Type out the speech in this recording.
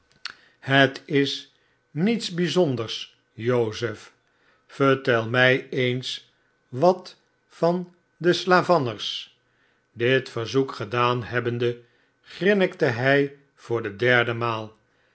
het is niets bijzohders jozef vertel mij eens wat van de slavanners dit verzoek gedaan hebbende grinnikte hij voor de derde maal